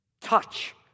Touch